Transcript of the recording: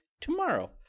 tomorrow